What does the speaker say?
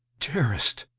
dearest!